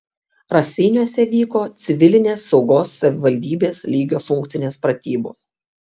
raseiniuose vyko civilinės saugos savivaldybės lygio funkcinės pratybos